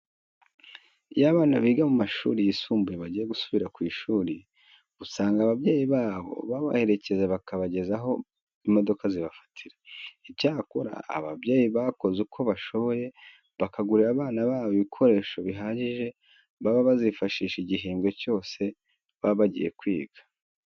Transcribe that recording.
Iyo abana biga mu mashuri yisumbuye bagiye gusubira ku ishuri usanga ababyeyi babo babaherekeza bakabageza aho imodoka zibafatira. Icyakora ababyeyi bakoze uko bashoboye bakagurira abana babo ibikoresho bihagije baba bazifashisha igihembwe cyose baba bagiye kwiga.